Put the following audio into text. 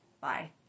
Bye